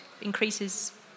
increases